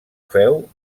féu